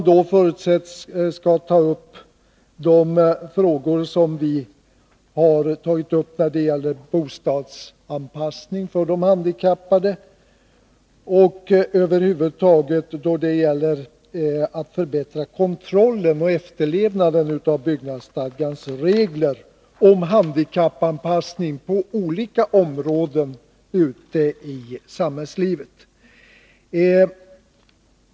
Den förutsätts ta upp de frågor vi har berört beträffande bostadsanpassning för handikappade och över huvud taget handla om att förbättra kontrollen av efterlevnaden av byggnadsstadgans regler om handikappanpassning på olika områden ute i samhällslivet.